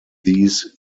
these